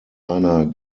einer